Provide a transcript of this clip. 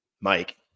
Mike